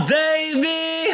baby